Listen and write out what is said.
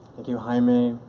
thank you jaime,